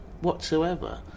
whatsoever